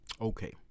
Okay